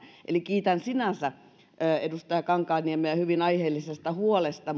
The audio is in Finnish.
eli kiitän sinänsä edustaja kankaanniemeä hyvin aiheellisesta huolesta